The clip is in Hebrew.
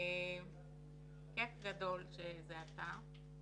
כיף גדול שזה אתה.